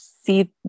see